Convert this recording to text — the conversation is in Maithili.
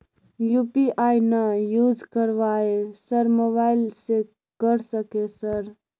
यु.पी.आई ना यूज करवाएं सर मोबाइल से कर सके सर?